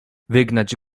wygnać